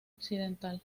occidental